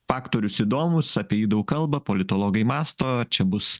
faktorius įdomus apie jį daug kalba politologai mąsto čia bus